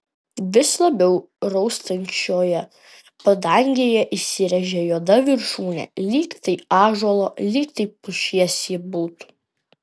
vis labiau raustančioje padangėje įsirėžė juoda viršūnė lyg tai ąžuolo lyg tai pušies ji būtų